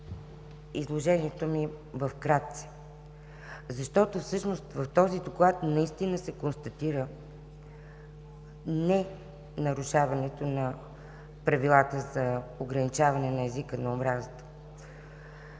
изложението ми в кратце. Всъщност в този Доклад наистина се констатира не-нарушаването на правилата за ограничаване езика на омразата.